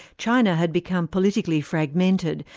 china had become politically fragmented,